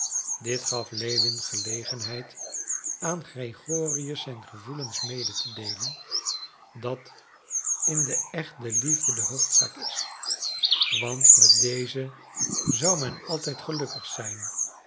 dit gaf lewin gelegenheid aan gregorius zijn gevoelen mede te deelen dat in den echt de liefde de hoofdzaak is want met deze zou men altijd gelukkig zijn